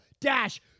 Dash